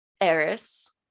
Eris